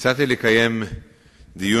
אני באמת לא רוצה לגזול יותר זמן,